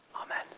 Amen